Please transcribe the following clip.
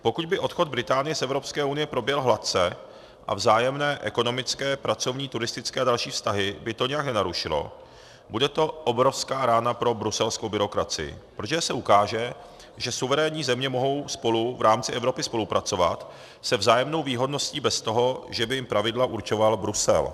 Pokud by odchod Británie z Evropské unie proběhl hladce a vzájemné ekonomické, pracovní, turistické a další vztahy by to nijak nenarušilo, bude to obrovská rána pro bruselskou byrokracii, protože se ukáže, že suverénní země mohou spolu v rámci Evropy spolupracovat se vzájemnou výhodností bez toho, že by jim pravidla určoval Brusel.